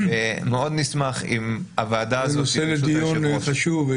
מאוד נשמח אם הוועדה הזו --- זה נושא לדיון חשוב,